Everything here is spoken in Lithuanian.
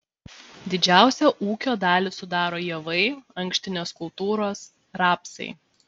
didžiausią ūkio dalį sudaro javai ankštinės kultūros rapsai